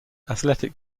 athletic